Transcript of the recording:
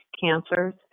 cancers